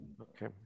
Okay